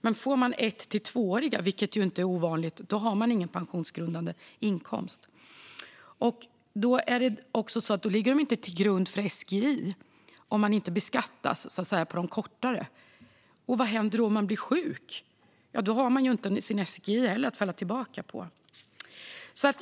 Men om man får ett till tvååriga stipendier, vilket inte är ovanligt, har man ingen pensionsgrundande inkomst. Dessa kortare stipendier, som inte beskattas, ligger inte heller till grund för SGI. Vad händer då om man blir sjuk? Då har man inte heller sin SGI att falla tillbaka på.